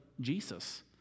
Jesus